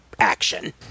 action